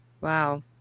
Wow